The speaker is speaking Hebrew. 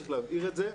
צריך להבהיר את זה.